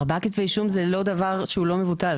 ארבעה כתבי אישום זה לא דבר שהוא לא מבוטל.